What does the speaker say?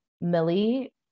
Millie